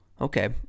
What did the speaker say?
Okay